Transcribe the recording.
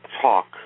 talk